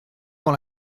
dans